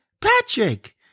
Patrick